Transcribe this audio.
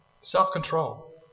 self-control